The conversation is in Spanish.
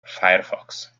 firefox